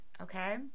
okay